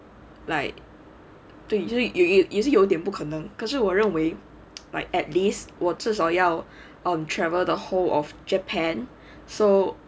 like 对所以也也也是有点不可能可是我认为 like at least 我至少要 um travel the whole of japan so